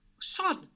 son